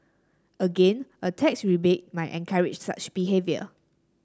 again a tax rebate might encourage such behaviour